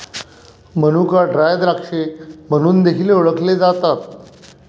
मनुका ड्राय द्राक्षे म्हणून देखील ओळखले जातात